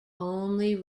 only